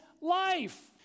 life